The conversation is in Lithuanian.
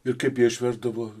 ir kaip jie išveždavo